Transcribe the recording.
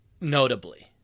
notably